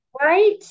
Right